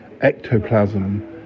ectoplasm